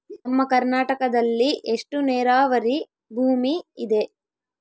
ನಮ್ಮ ಕರ್ನಾಟಕದಲ್ಲಿ ಎಷ್ಟು ನೇರಾವರಿ ಭೂಮಿ ಇದೆ?